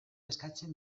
eskatzen